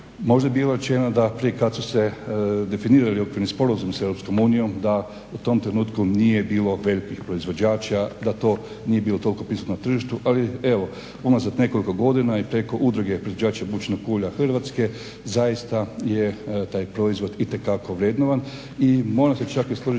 Možda je bilo rečeno da prije kad su se definirali okvirni sporazum s Europskom unijom da u tom trenutku nije bilo velikih proizvođača, da to nije bilo toliko prisutno na tržištu. Ali evo unazad nekoliko godina i preko Udruge proizvođača bučinog ulja Hrvatske, zaista je taj proizvod i te kako vrednovan. I moram se čak i služiti